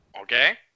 okay